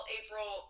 april